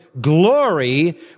glory